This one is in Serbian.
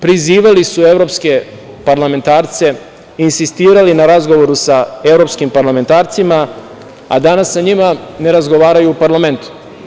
Prizivali su evropske parlamentarce, insistirali na razgovoru sa evropskim parlamentarcima, a danas sa njima ne razgovaraju u parlamentu.